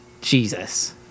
Jesus